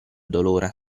dolore